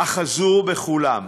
אחזו בכולם.